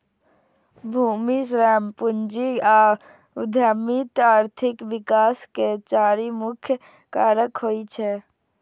भूमि, श्रम, पूंजी आ उद्यमिता आर्थिक विकास के चारि मुख्य कारक होइ छै